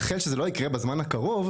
אני מאחל שזה לא יקרה בזמן הקרוב,